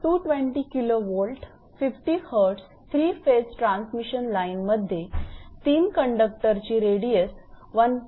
220 𝑘𝑉 50 𝐻𝑧 3 phase transmission लाईनमध्ये 3 कंडक्टरची रेडियस1